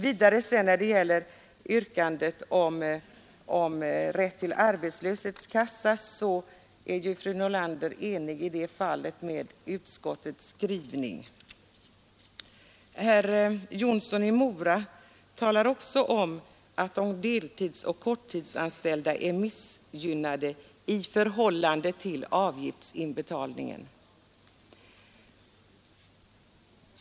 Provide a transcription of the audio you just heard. När det sedan gäller yrkandet om rätt till inträde i arbetslöshetskassa är fru Nordlander enig med utskottets skrivning. Herr Jonsson i Mora talar också om att de deltidsoch korttidsanställda är missgynnade i förhållande till avgiftsinbetalningen.